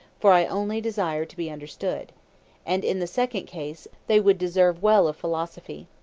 for i only desire to be understood and, in the second case, they would deserve well of philosophy.